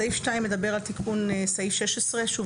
סעיף 2 מדבר על תיקון סעיף 16. שוב,